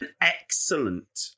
excellent